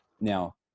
Now